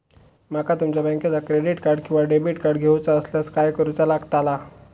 माका तुमच्या बँकेचा क्रेडिट कार्ड किंवा डेबिट कार्ड घेऊचा असल्यास काय करूचा लागताला?